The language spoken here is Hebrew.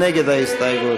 מי נגד ההסתייגות?